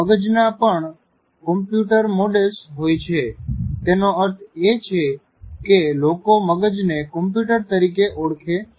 મગજના પણ computer models હોય છે તેનો અર્થ એ છે કે લોકો મગજને કોમ્પ્યુટર તરીકે ઓળખે છે